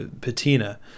patina